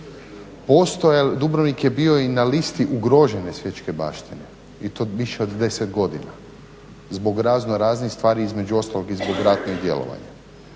Postoje, Dubrovnik je bio i na listi ugrožene svjetske baštine i to više od deset godina zbog razno raznih stvari, između ostalog i zbog ratnih djelovanja.